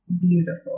beautiful